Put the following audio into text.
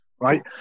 right